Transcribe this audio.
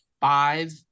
five